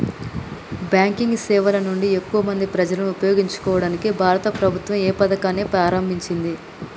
Banking సేవల నుండి ఎక్కువ మంది ప్రజలను ఉపయోగించుకోవడానికి భారత ప్రభుత్వం ఏ పథకాన్ని ప్రారంభించింది?